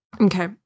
okay